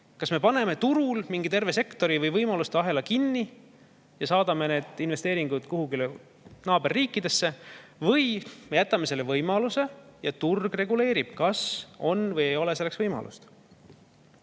Kas me paneme turul terve sektori või võimaluste ahela kinni ja saadame need investeeringud kuhugi naaberriikidesse või me jätame selle võimaluse alles ja turg reguleerib, kas on või ei ole selleks võimalust?